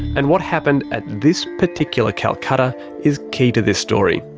and what happened at this particular calcutta is key to this story.